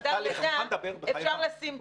בחדר לידה אפשר לשים צ'יפ.